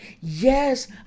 Yes